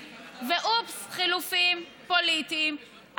ואופס, חילופים פוליטיים.